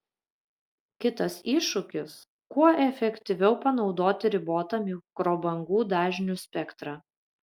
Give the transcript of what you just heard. kitas iššūkis kuo efektyviau panaudoti ribotą mikrobangų dažnių spektrą